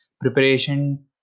preparation